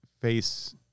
face